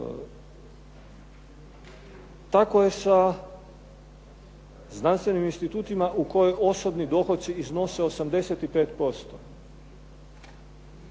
Tako je sa znanstvenim institutima u kojoj osobni dohoci iznose 85%.